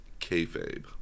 kayfabe